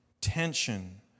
tension